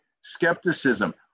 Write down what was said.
Skepticism